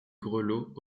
grelots